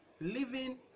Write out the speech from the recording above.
living